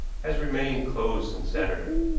has remained closed since saturday.